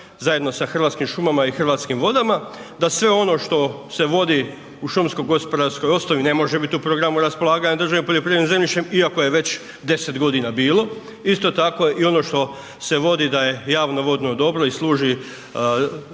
zajedno sa Hrvatskim šumama i Hrvatskim vodama, da sve ono što se vodi u šumsko-gospodarskoj osnovi ne može biti u programu raspolaganja državnim poljoprivrednim zemljištem iako je već 10 g. bilo, isto tako je i ono što se vodi da je javno-vodno dobro i služi